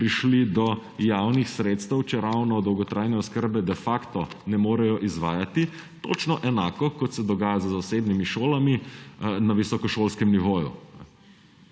prišli do javnih sredstev, čeravno dolgotrajne oskrbe de facto ne morejo izvajati. Točno enako, kot se dogaja z zasebnimi šolami na visokošolskem nivoju,